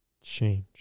change